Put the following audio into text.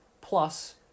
plus